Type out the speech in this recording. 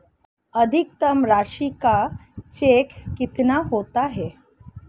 अधिकतम राशि का चेक कितना होता है?